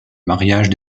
mariage